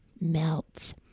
melts